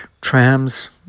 trams